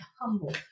humble